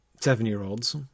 seven-year-olds